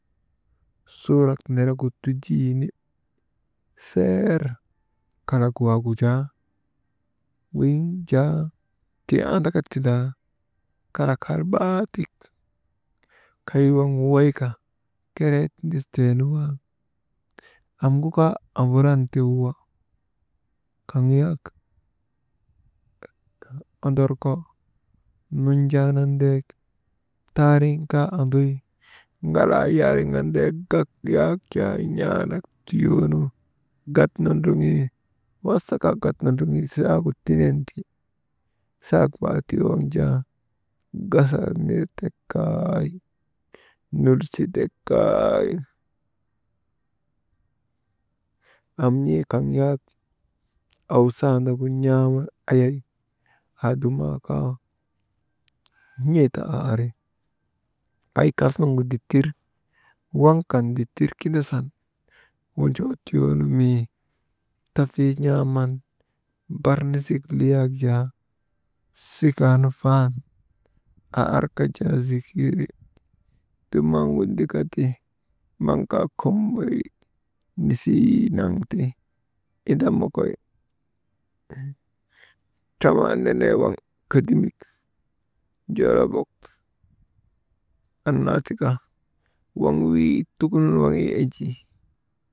Surak melegu tujini, seer kalak waagu jaa weyiŋ jaa tii andaka tindaa, kalak halbaatik kay waŋ wawayka keree tindistee naa amgu kaa amburan ti wawa, kaŋ yak ondorko nunjaanan deek taariŋ kaa anduy ŋalaa yaŋan dek gak yak n̰aa nak tuyoonu gat nondroŋii, wasaka gak wundinin saagu tinen ti, sak waagu tiyon jaa basalak nitek kay nulsitek kaay, am n̰ee kaŋ yak awsandagu n̰aaman ayay adumaa kaa n̰ee ta aa ari, kaŋ kasnuŋgu dittir waŋ kan dittir kindasan, wonjoo tiyoonu mii tifii n̰aaman bar nisik li yak jaa sikaa nu faan aa arka jaa zikiiri, jamboyka ti maŋ kaa kumboy «Hesitation» misii naanu ti, tik andaka, toloniya kedimik diyabek anna tika woyin itika ya enjii.